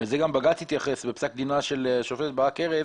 ולזה גם בג"ץ התייחס בפסק הדין של השופט ברק ארז,